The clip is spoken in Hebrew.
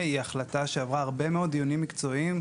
היא החלטה שעברה הרבה מאוד דיונים מקצועיים,